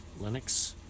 Linux